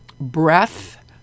breath